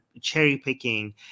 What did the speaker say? cherry-picking